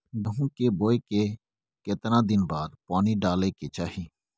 गेहूं के बोय के केतना दिन बाद पानी डालय के चाही?